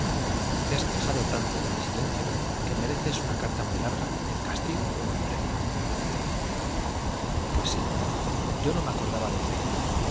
te has quejado tanto de mi silencio que mreces una carta muy larga en castigo ó en premio pues sí yo no me acordaba de